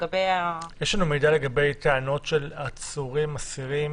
יש לנו מידע לגבי טענות של עצורים או אסירים